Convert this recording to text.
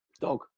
Dog